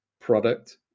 product